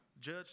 Judge